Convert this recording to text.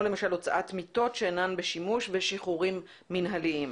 למשל הוצאת מיטות שאינן בשימוש ושחרורים מינהליים.